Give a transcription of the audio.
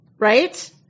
Right